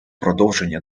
продовження